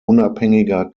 unabhängiger